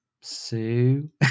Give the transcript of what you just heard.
Sue